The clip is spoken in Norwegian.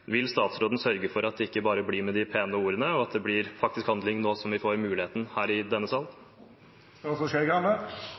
Vil statsråden sørge for at det ikke blir bare med de pene ordene, og at det faktisk blir handling nå som vi får muligheten her i denne